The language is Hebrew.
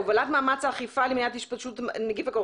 ולאו מאמץ האכיפה למניעת התפשטות נגיף הקורונה...